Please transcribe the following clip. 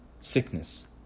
Sickness